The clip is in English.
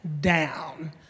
down